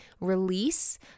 release